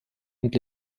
und